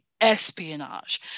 espionage